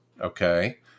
okay